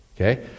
Okay